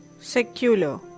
Secular